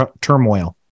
turmoil